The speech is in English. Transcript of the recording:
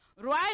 right